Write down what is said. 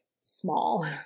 small